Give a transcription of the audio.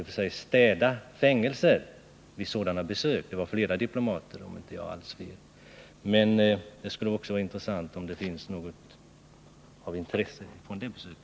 Jag är naturligtvis medveten om att en militärdiktatur kan ”städa” fängelser inför sådana besök, men det skulle ändå vara intressant att höra om utrikesministern har någonting att rapportera i det avseendet.